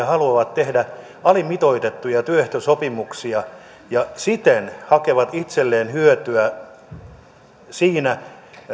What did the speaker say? haluavat tehdä alimitoitettuja työehtosopimuksia ja siten hakevat itselleen hyötyä siinä